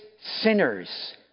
sinners